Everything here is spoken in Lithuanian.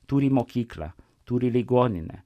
turi mokyklą turi ligoninę